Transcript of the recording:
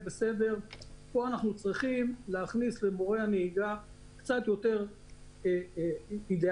פה אנחנו צריכים להכניס למורה הנהיגה קצת יותר אידיאלים.